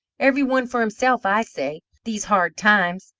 every one for himself, i say, these hard times.